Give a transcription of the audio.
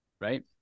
Right